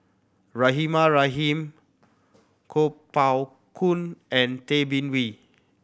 Rahimah Rahim Kuo Pao Kun and Tay Bin Wee